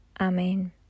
Amen